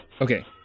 Okay